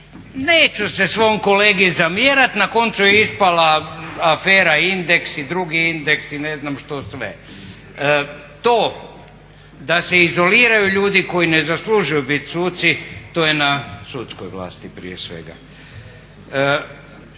neću se svom kolegi zamjerat, na koncu je ispala afera Indeks i drugi Indeks i ne znam što sve. To da se izoliraju ljudi koji ne zaslužuju bit suci to je na sudskoj vlasti prije svega.